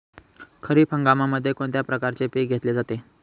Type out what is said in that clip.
खरीप हंगामामध्ये कोणत्या प्रकारचे पीक घेतले जाते?